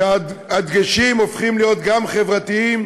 שבה הדגשים הופכים להיות גם חברתיים,